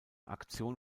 aktion